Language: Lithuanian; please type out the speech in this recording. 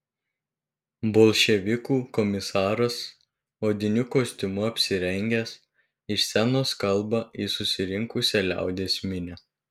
bolševikų komisaras odiniu kostiumu apsirengęs iš scenos kalba į susirinkusią liaudies minią